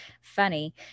funny